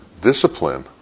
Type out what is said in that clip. discipline